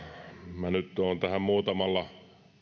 minä nyt tuon näitä tähän muutamalla